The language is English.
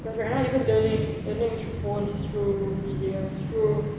cause right now even learning learning is through phone is through media